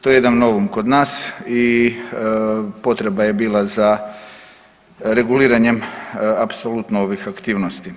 To je jedan novum kod nas i potreba je bila za reguliranjem apsolutno ovih aktivnosti.